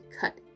cut